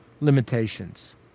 limitations